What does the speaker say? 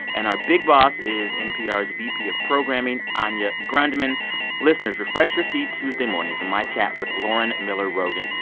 and our big boss is npr's vp of programming, anya grundmann listeners, refresh your feed tuesday morning for my chat with lauren miller rogen.